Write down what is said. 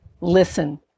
listen